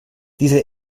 diese